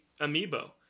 amiibo